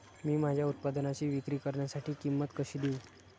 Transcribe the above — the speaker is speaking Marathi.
मी माझ्या उत्पादनाची विक्री करण्यासाठी किंमत कशी देऊ?